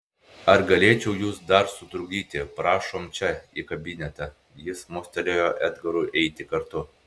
ar galėčiau jus dar sutrukdyti prašom čia į kabinetą jis mostelėjo edgarui eiti kartu